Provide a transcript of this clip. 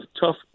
tough